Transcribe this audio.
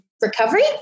recovery